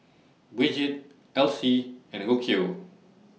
Brigid Elsie and Rocio